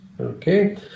Okay